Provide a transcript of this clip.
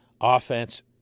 offense